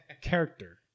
character